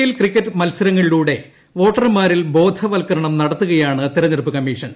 L cricket മത്സരങ്ങളിലൂടെ വോട്ടർമാരിൽ ബോധവൽക്കരണം നടത്തുകയാണ് തെരഞ്ഞെടുപ്പ് കമ്മീഷൻ